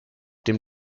dem